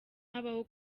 habaho